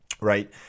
right